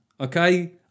okay